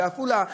בעפולה,